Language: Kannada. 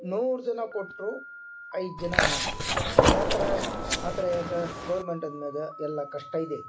ಮೂರು ಜನ ಕೊಟ್ಟರು ಐದು ಜನ ಮಾಡ್ತೀರಿ ಯಾ ಥರ ಆದರೆ ಈಗ ಗೌರ್ಮೆಂಟಿನ ಮ್ಯಾಗ ಎಲ್ಲ ಕಷ್ಟ ಇದೆ